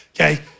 okay